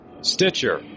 Stitcher